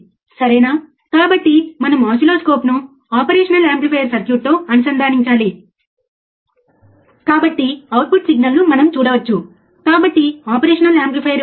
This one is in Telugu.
ఈ వక్రీకరణ వద్ద ఆప్ ఆంప్ను ఆపరేట్ చేయగల గరిష్ట ఫ్రీక్వెన్సీని బ్యాండ్విడ్త్ అంటారు మరియు మేము ఈ విలువను పట్టికలో కూడా కొలవవచ్చు